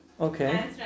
Okay